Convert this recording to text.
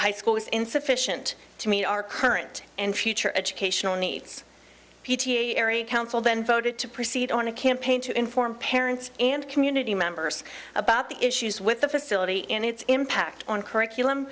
high school is insufficient to meet our current and future educational needs p t a area council then voted to proceed on a campaign to inform parents and community members about the issues with the facility in its impact on curriculum